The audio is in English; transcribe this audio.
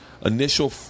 initial –